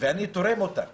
ואני תורם אותה